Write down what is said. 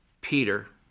Peter